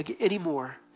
anymore